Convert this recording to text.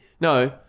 No